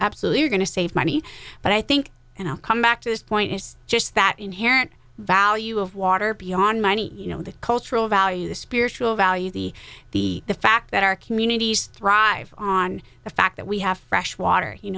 absolutely are going to save money but i think and i'll come back to this point it's just that inherent value of water beyond money you know the cultural value the spiritual value the the the fact that our communities thrive on the fact that we have fresh water you